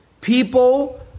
people